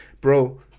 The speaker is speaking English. bro